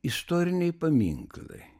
istoriniai paminklai